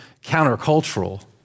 countercultural